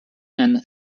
and